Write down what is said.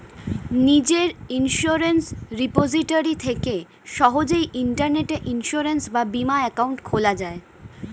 নিজের insurance repository থেকে সহজেই ইন্টারনেটে ইন্সুরেন্স বা বীমা অ্যাকাউন্ট খোলা যায়